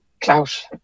Klaus